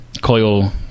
coil